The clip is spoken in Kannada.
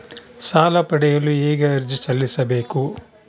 ಸಾಲ ಪಡೆಯಲು ಹೇಗೆ ಅರ್ಜಿ ಸಲ್ಲಿಸಬೇಕು?